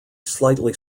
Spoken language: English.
slightly